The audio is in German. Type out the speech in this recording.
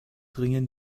ringen